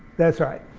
that's right.